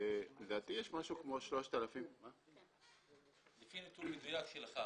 לדעתי יש משהו כמו 3,000 --- על פי נתון מדויק שלך,